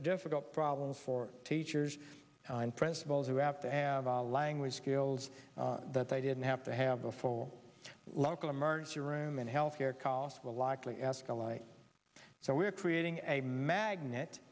difficult problems for teachers and principals who have to have a language skills that they didn't have to have before local emergency room and health care costs will likely ask alike so we're creating a magnet